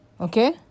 Okay